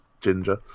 ginger